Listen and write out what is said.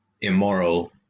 immoral